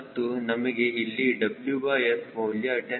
ಮತ್ತು ನಮಗೆ ಇಲ್ಲಿ WS ಮೌಲ್ಯ 10